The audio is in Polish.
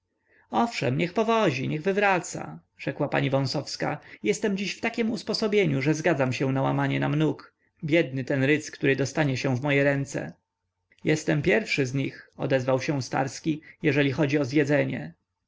owszem niech powozi niech wywraca rzekła pani wąsowska jestem dziś w takiem usposobieniu że zgadzam się na łamanie nam nóg biedny ten rydz który dostanie się w moje ręce jestem pierwszy z nich odezwał się starski jeżeli chodzi o zjedzenie